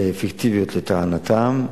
פיקטיביות לטענתם,